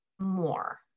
more